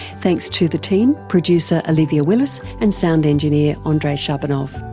thanks to the team producer olivia willis and sound engineer ah andrei shabunov.